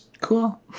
cool